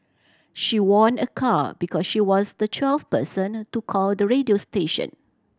she won a car because she was the twelfth person to call the radio station